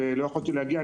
לכן לא יכולתי להגיע,